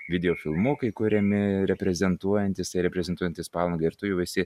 video filmukai kuriami reprezentuojantys reprezentuojantys palangą ir tu jau esi